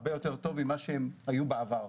הרבה יותר ממה שהם היו בעבר.